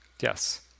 Yes